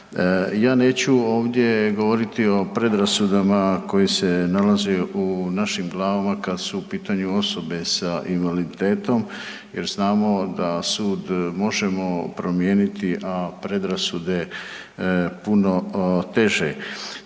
Ja neću ovdje govoriti o predrasudama koje se nalaze u našim glavama kad su u pitanju osobe sa invaliditetom jer znamo da sud možemo promijeniti, a predrasude puno teže.